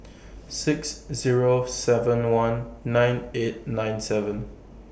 six Zero seven one nine eight nine seven